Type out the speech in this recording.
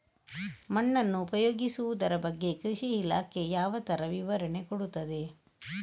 ಮಣ್ಣನ್ನು ಉಪಯೋಗಿಸುದರ ಬಗ್ಗೆ ಕೃಷಿ ಇಲಾಖೆ ಯಾವ ತರ ವಿವರಣೆ ಕೊಡುತ್ತದೆ?